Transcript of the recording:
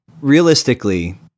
realistically